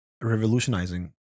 revolutionizing